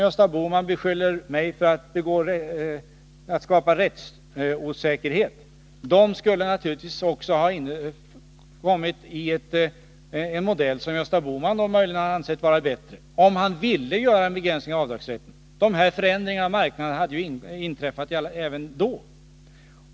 Gösta Bohman beskyller mig för att skapa rättsosäkerhet, men rättsosäkerhet skulle naturligtvis ha blivit följden av den modell som Gösta Bohman möjligen kunde ansett vara bättre — om han ville göra en begränsning i avdragsrätten. Dessa förändringar på olika marknader hade inträffat även då.